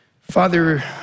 Father